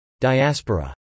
Diaspora